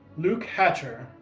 luke hatcher,